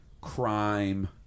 crime